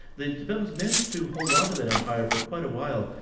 the tibetans managed to hold on to that empire for quite a while,